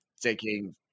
taking